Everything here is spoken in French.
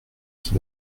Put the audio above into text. qui